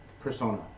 persona